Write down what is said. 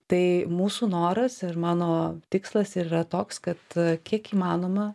tai mūsų noras ir mano tikslas ir yra toks kad kiek įmanoma